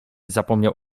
zapomniał